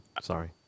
sorry